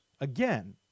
Again